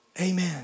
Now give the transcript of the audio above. Amen